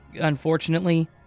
Unfortunately